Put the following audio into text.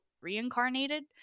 reincarnated